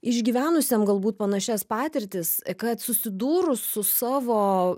išgyvenusiem galbūt panašias patirtis kad susidūrus su savo